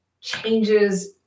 changes